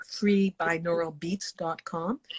freebinauralbeats.com